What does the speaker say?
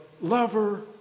lover